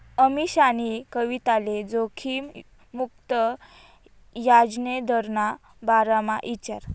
अमीशानी कविताले जोखिम मुक्त याजदरना बारामा ईचारं